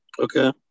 Okay